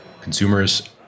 consumers